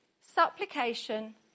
supplication